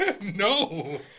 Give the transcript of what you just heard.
No